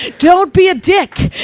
don't be a dick!